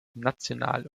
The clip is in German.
national